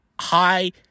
high